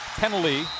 penalty